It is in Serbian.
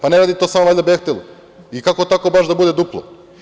Ne radi to samo „Behtel“ i kako tako baš da bude duplo?